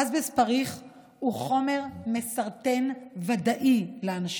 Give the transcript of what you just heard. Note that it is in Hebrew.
אסבסט פריך הוא חומר מסרטן ודאי לאנשים.